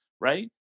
right